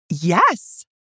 yes